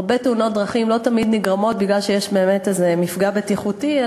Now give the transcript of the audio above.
הרבה תאונות דרכים לא תמיד קורות בגלל מפגע בטיחותי.